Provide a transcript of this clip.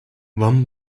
one